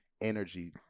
energy